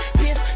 piss